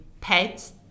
pets